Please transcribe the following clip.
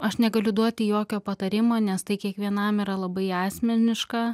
aš negaliu duoti jokio patarimo nes tai kiekvienam yra labai asmeniška